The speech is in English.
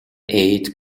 aid